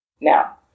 Now